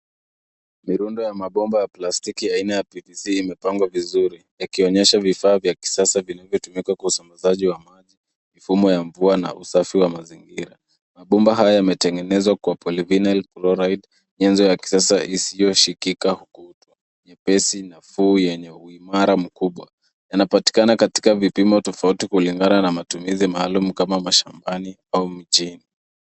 Ni runda ya mabomba ya plastiki aina ya PVC imepangwa vizuri yakionyesha vifaa vya kisasa vilivyotumika kwa usambazaji wa maji, mfumo ya mvua na usafi wa mazingira. Mabomba haya yametengenezwa kwa polyvinyl chloride , nyenzo ya kisasa isiyoshikika kutu, nyepesi, nafuu yenye uimara mkubwa. Yanapatikana katika vipimo tofauti kulingana na matumizi maalum kama mashambani au mjini.